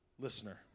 listener